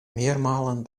meermalen